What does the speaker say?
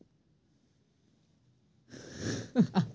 गैर बैंकिंग सेवा क्या हैं?